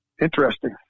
interesting